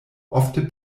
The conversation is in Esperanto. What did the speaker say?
ofte